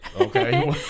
Okay